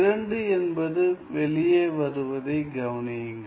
2 என்பது வெளியே வருவதை கவனியுங்கள்